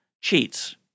cheats